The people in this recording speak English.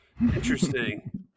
interesting